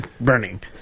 burning